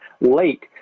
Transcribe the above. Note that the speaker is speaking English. late